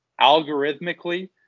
algorithmically